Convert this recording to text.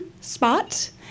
spot